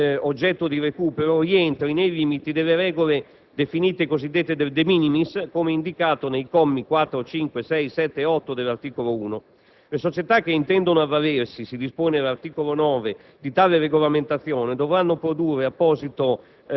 oggetto di recupero rientra nei limiti delle regole definite, cosiddette del *de minimis*, come indicato nei commi 4, 5, 6, 7 e 8 dell'articolo 1. Le società che intendono avvalersi di tale regolamentazione, si dispone al comma 9, dovranno produrre apposita